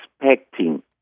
expecting